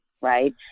right